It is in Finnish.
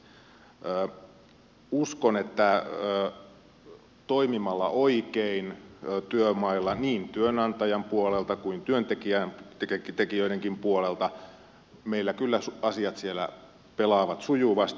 uskon että toimimalla oikein työmailla niin työnantajan puolelta kuin työntekijöidenkin puolelta meillä kyllä asiat siellä pelaavat sujuvasti